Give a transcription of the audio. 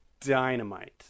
dynamite